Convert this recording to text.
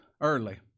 early